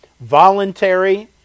voluntary